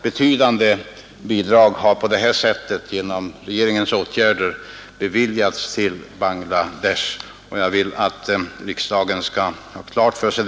Betydande bidrag har på detta sätt genom regeringens åtgärder beviljats till Bangladesh, och jag vill att riksdagen skall ha detta klart för sig.